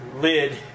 lid